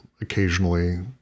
occasionally